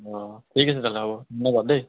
অঁ ঠিক আছে তেনেহ'লে হ'ব ধন্যবাদ দেই